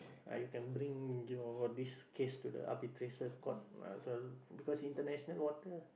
ah you can bring your this case to the arbitration court as well because international water